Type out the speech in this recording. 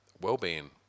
well-being